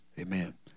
Amen